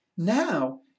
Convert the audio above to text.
Now